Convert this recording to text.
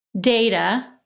data